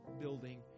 building